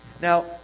Now